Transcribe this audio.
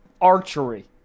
Archery